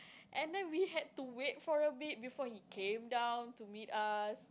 and then we had to wait for a bit before he came down to meet us